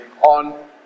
on